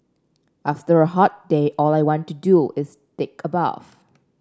after a hot day all I want to do is take a bath